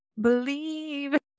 believe